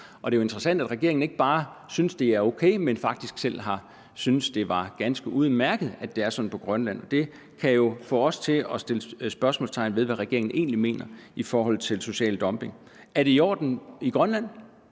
Og det er jo interessant, at regeringen ikke bare synes, det er o.k., men faktisk selv har syntes, at det var ganske udmærket, at det er sådan i Grønland. Det kan jo få os til at sætte spørgsmålstegn ved, hvad regeringen egentlig mener om social dumping: Er det i orden i Grønland?